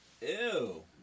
Ew